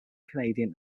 canadian